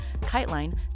KiteLine